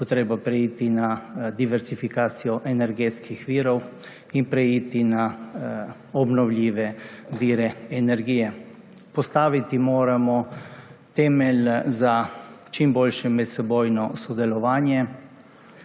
bo treba preiti na diverzifikacijo energetskih virov in preiti na obnovljive vire energije. Postaviti moramo temelj za čim boljše medsebojno sodelovanje,